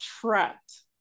trapped